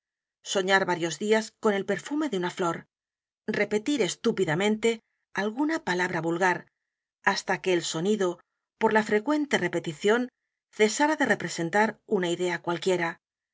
soñar varios días con el perfume de una flor repetir estúpidamente alguna palabra vulgar hasta que el sonido por la frecuente repetición cesara de represent a r u n a idea cualquiera